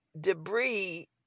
debris